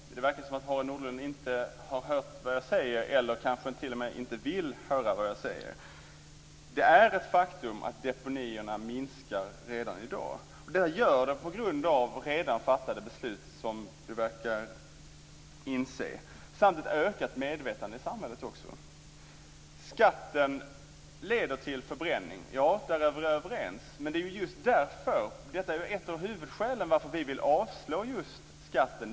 Fru talman! Det verkar som om Harald Nordlund inte har hört vad jag säger, eller kanske t.o.m. inte vill höra vad jag säger. Det är ett faktum att deponierna minskar redan i dag. Det gör de på grund av redan fattade beslut, som Harald Nordlund verkar inse. Samtidigt har vi ett ökat medvetande i samhället. Skatten leder till förbränning. Där är vi överens. Detta är ett av huvudskälen till att vi vill avslå skatten.